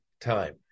time